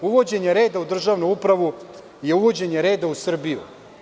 Uvođenje reda u državnu upravu je uvođenje reda u Srbiju.